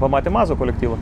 pamatėm mazo kolektyvą